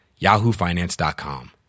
yahoofinance.com